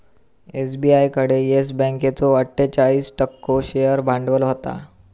SBI कडे Yes बँकेचो अट्ठोचाळीस टक्को शेअर भांडवल होता